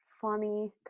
funny